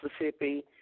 Mississippi